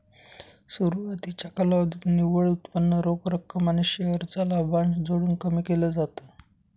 सुरवातीच्या कालावधीत निव्वळ उत्पन्न रोख रक्कम आणि शेअर चा लाभांश जोडून कमी केल जात